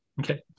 Okay